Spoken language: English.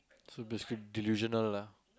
so basically delusional lah